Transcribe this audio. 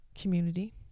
community